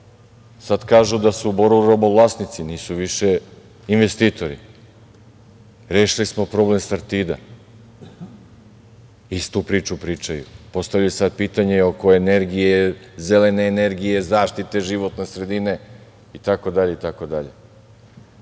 sad kažu da su u Boru robovlasnici, nisu više investitori. Rešili smo problem Sartida. Istu priču pričaju. Postavljaju sad pitanje oko energije, zelene energije, zaštite životne sredine i